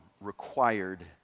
required